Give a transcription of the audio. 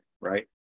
right